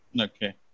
Okay